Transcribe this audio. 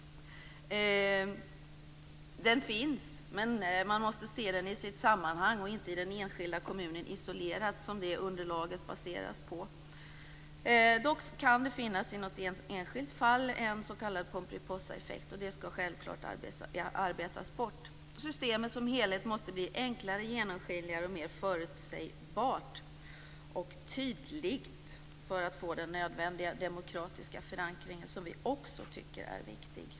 Den finns, men den måste ses i sitt sammanhang, inte isolerat från sitt underlag i den enskilda kommunen. Dock kan det i något enskilt fall finnas en Pomperipossaeffekt, och den skall självklart arbetas bort. Systemet måste i sin helhet bli enklare, genomskinligare och mer förutsägbart och tydligt för att få den nödvändiga demokratiska förankring som vi också tycker är viktig.